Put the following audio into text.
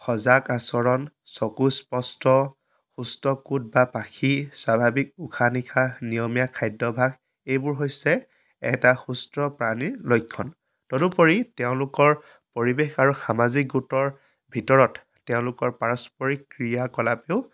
সজাগ আচৰণ চকু স্পষ্ট সুস্থ কূট বা পাখিৰ স্বাভাৱিক উশাহ নিশাহ নিয়মীয়া খাদ্যাভ্য়াস এইবোৰ হৈছে এটা সুস্থ প্ৰাণীৰ লক্ষণ তদুপৰি তেওঁলোকৰ পৰিৱেশ আৰু সামাজিক গোটৰ ভিতৰত তেওঁলোকৰ পাৰাস্পৰিক ক্ৰিয়া কলাপটো